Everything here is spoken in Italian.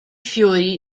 fiori